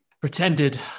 pretended